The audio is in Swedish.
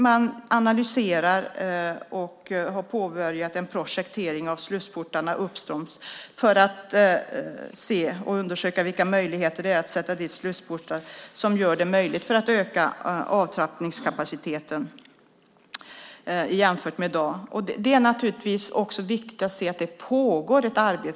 Man analyserar och har påbörjat en projektering av slussportarna uppströms för att undersöka vilka möjligheter det finns att sätta dit slussportar som gör det möjligt att öka avtappningskapaciteten jämfört med i dag. Det är naturligtvis viktigt att se att det pågår ett arbete.